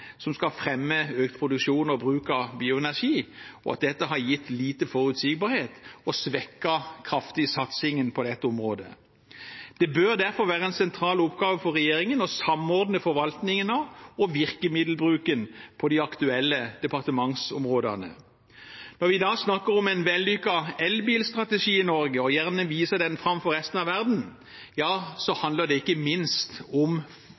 som skal fremme økt produksjon og bruk av bioenergi, og at dette har gitt liten forutsigbarhet og svekket kraftig satsingen på dette området. Det bør derfor være en sentral oppgave for regjeringen å samordne forvaltningen av og virkemiddelbruken på de aktuelle departementsområdene. Når vi i dag snakker om en vellykket elbilstrategi i Norge og gjerne viser den fram for resten av verden, handler det ikke minst om